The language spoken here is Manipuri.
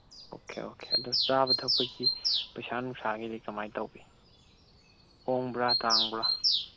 ꯑꯣꯀꯦ ꯑꯣꯀꯦ ꯑꯗꯨ ꯆꯥꯕ ꯊꯛꯄꯒꯤ ꯄꯩꯁꯥ ꯅꯨꯡꯁꯥꯒꯤꯗꯤ ꯀꯃꯥꯏꯅ ꯇꯧꯋꯤ ꯍꯣꯡꯕ꯭ꯔꯥ ꯇꯥꯡꯕ꯭ꯔꯥ